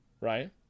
Right